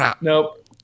Nope